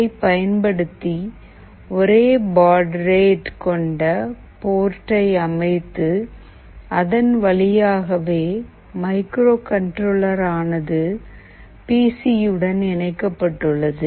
அதை பயன்படுத்தி ஒரே பாட் ரேட் கொண்ட போர்டை அமைத்து அதன் வழியாகவே மைக்ரோகண்ட்ரோலர் ஆனது பி சி உடன் இணைக்கப்பட்டுள்ளது